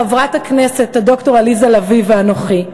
חברת הכנסת ד"ר עליזה לביא ואנוכי,